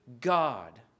God